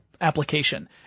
application